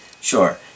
Sure